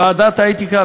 ועדת האתיקה,